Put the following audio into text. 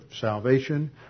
salvation